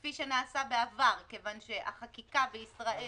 כפי שנעשה בעבר, מכיוון שהחקיקה בישראל